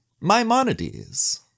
Maimonides